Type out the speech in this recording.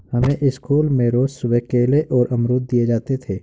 हमें स्कूल में रोज सुबह केले और अमरुद दिए जाते थे